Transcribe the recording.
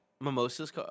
Mimosa's